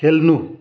खेल्नु